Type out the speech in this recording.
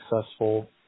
successful